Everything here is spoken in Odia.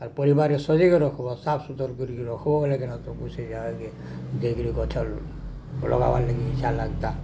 ପରିବାରରେ ସଜେଇକି ରଖବ ସଫାସୁତର କରିକି ରଖବ ଗଲେକିନା ତାକୁୁ ସେଇ ଯାହାକେ ଦେଇକରି ଗଛ ଲଗବାର୍ ଲାଗି ଇଚ୍ଛା ଲାଗତା